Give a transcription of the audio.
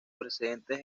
precedentes